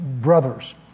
brothers